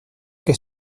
que